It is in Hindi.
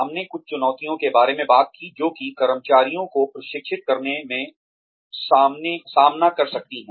हमने कुछ चुनौतियों के बारे में बात की जो कि कर्मचारियों को प्रशिक्षित करने में सामना कर सकती हैं